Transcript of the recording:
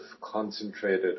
concentrated